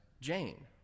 Jane